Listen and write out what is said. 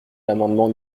l’amendement